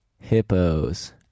Hippos